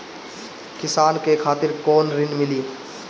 किसान के खातिर कौन ऋण मिली?